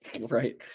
Right